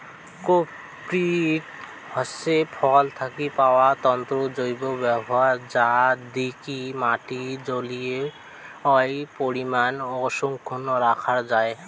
cocopeat হসে ফল থাকি পাওয়া তন্তুর জৈব ব্যবহার যা দিকি মাটির জলীয় পরিমান অক্ষুন্ন রাখাং যাই